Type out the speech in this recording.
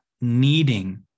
needing